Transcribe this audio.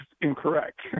incorrect